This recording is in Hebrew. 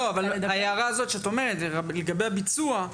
ההערה הזאת שאת אומרת לגבי הביצוע,